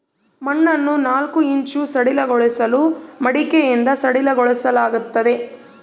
ಮಣ್ಣನ್ನು ನಾಲ್ಕು ಇಂಚು ಸಡಿಲಗೊಳಿಸಲು ಮಡಿಕೆಯಿಂದ ಸಡಿಲಗೊಳಿಸಲಾಗ್ತದೆ